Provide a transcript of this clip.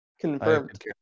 confirmed